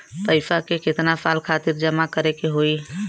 पैसा के कितना साल खातिर जमा करे के होइ?